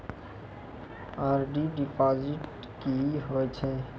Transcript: RD deposit की होय छै?